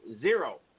zero